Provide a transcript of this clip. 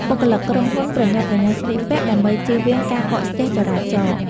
បុគ្គលិកក្រុមហ៊ុនប្រញាប់ប្រញាល់ស្លៀកពាក់ ដើម្បីជៀសវាងការកកស្ទះចរាចរណ៍។